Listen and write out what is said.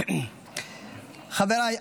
חבריי,